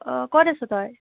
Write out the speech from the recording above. অ' ক'ত আছ তই